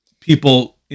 people